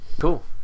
cool